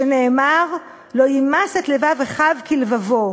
שנאמר 'ולא ימס את לבב אחיו כלבבו'.